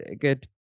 good